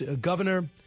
Governor